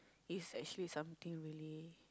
is actually something really